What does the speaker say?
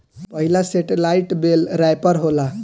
पहिला सेटेलाईट बेल रैपर होला